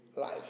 life